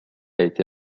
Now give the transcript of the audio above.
été